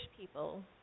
people